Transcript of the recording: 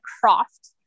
Croft